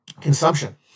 consumption